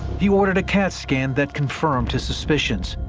he ordered a cat scan that confirmed his suspicions.